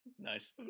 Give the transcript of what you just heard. nice